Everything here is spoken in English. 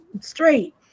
straight